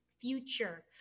future